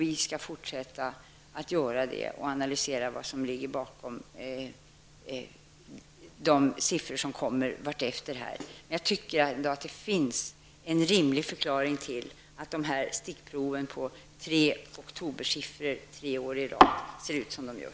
Vi skall fortsätta att analysera vad som ligger bakom de siffror som efter hand kommer fram. Jag tycker att det finns en rimlig förklaring till att stickproven från oktobersiffrorna tre år i rad ser ut som de gör.